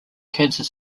kansas